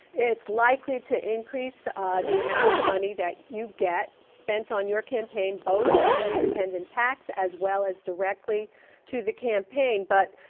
it's likely to increase the amount of money that you get spent on your campaign both from the independent pacs as well as directly to the campaign. but,